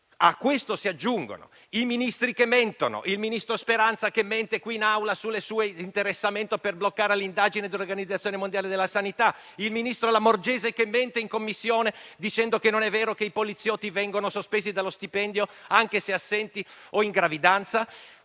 A questo si aggiungono i Ministri che mentono: il ministro Speranza mente qui in Aula sul suo interessamento per bloccare l'indagine dell'Organizzazione mondiale della sanità; il ministro Lamorgese mente in Commissione, dicendo che non è vero che i poliziotti vengono sospesi dallo stipendio, anche se assenti o in gravidanza.